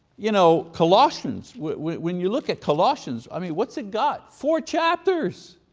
you know colossians, when you look at colossians, i mean what's it got, four chapters.